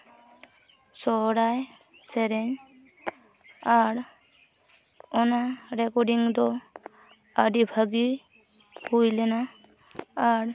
ᱥᱚᱨᱦᱟᱭ ᱥᱮᱨᱮᱧ ᱟᱨ ᱚᱱᱟ ᱨᱮᱠᱚᱨᱰᱤᱝ ᱫᱚ ᱟᱹᱰᱤ ᱵᱷᱟᱜᱮ ᱦᱩᱭᱞᱮᱱᱟ ᱟᱨ